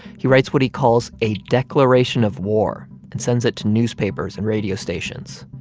he writes what he calls a declaration of war and sends it to newspapers and radio stations.